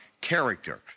Character